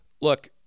look